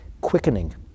quickening